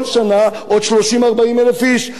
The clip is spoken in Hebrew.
כל שנה עוד 30,000 40,000 איש.